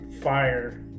Fire